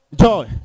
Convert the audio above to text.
Joy